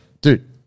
dude